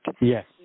Yes